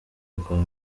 rwa